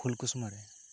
ᱯᱷᱩᱞᱠᱩᱥᱢᱟ ᱨᱮ